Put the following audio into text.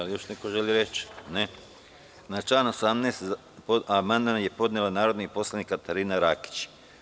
Da li još neko želi reč? (Ne) Na član 18. amandman je podnela narodna poslanica Katarina Rakić.